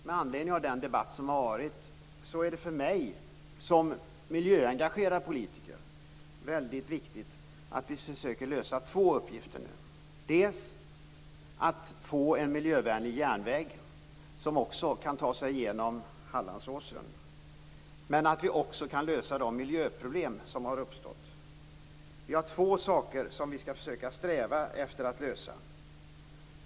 Med anledning av den debatt som har varit är det för mig som miljöengagerad politiker väldigt viktigt att vi nu försöker att lösa två uppgifter, dels att få en miljövänlig järnväg som också kan ta sig igenom Hallandsåsen, dels att vi kan lösa de miljöproblem som har uppstått. Det är alltså två uppgifter som vi skall sträva efter att lösa.